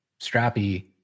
Strappy